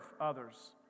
others